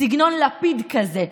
סגנון לפיד כזה,